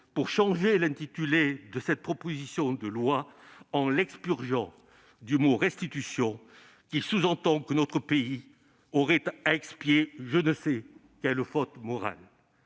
pour changer l'intitulé de cette proposition de loi en l'expurgeant du mot « restitution », qui sous-entend que notre pays aurait à expier je ne sais quelle faute morale.